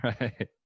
Right